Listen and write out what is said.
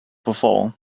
before